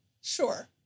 Sure